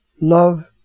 love